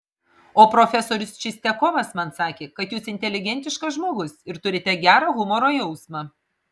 o profesorius čistiakovas man sakė kad jūs inteligentiškas žmogus ir turite gerą humoro jausmą